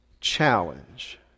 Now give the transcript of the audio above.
challenge